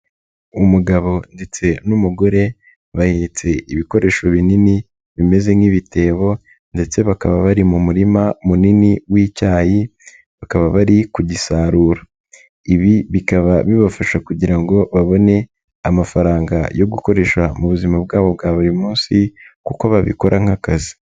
Umugabo ndetse n'umugore ,bahetse ibikoresho binini bimeze nk'ibitebo ndetse bakaba bari mu murima munini w'icyayi, bakaba bari kugisarura. Ibi bikaba bibafasha kugira ngo babone amafaranga yo gukoresha mu buzima bwabo bwa buri munsi, kuko babikora nk'akazi.